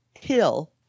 hill